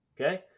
Okay